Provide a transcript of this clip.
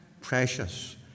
precious